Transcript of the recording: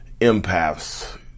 empaths